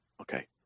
Okay